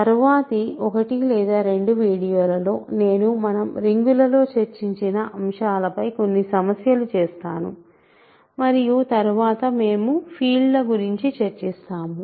తరువాతి 1 లేదా 2 వీడియోలలో నేను మనం రింగు లలో చర్ఛించిన అంశాలపై కొన్ని సమస్యలు చేస్తాను మరియు తరువాత మేము ఫీల్డ్ ల గురించి చర్చిస్తాము